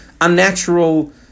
unnatural